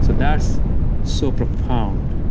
so that's so profound.